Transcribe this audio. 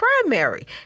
primary